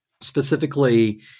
Specifically